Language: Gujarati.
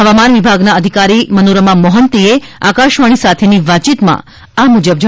હવામાન વિભાગના અધિકારી મનોરમા મોહંતીએ આકાશવાણી સાથેની વાતચીતમાં આ મુજબ જણાવ્યું